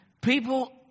people